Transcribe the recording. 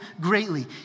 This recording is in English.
greatly